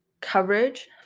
coverage